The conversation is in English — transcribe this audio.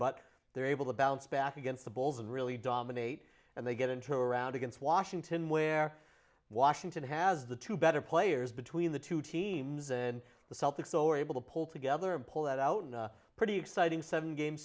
but they're able to bounce back against the bulls and really dominate and they get into a round against washington where washington has the two better players between the two teams and the celtics so are able to pull together and pull that out pretty exciting seven game